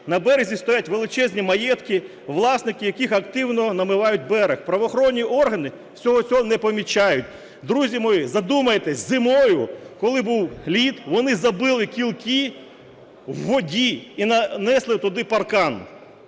на березі стоять величезні маєтки, власники яких активно намивають берег. Правоохоронні органи всього цього не помічають. Друзі мої, задумайтесь, зимою, коли був лід, вони забили кілки в воді і нанесли туди паркан.